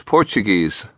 Portuguese